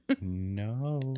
No